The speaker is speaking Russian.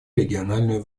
региональную